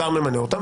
השר ממנה אותם,